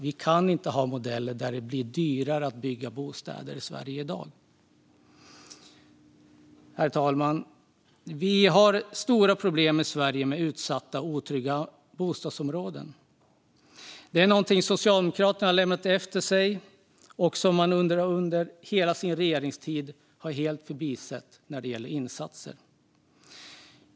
Vi kan inte ha modeller där det blir dyrare att bygga bostäder i Sverige i dag. Herr talman! Vi har i dag stora problem med utsatta, otrygga bostadsområden. Det är någonting Socialdemokraterna har lämnat efter sig och som man under hela sin regeringstid helt har förbisett när det gäller insatser.